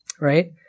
right